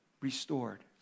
restored